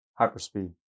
hyperspeed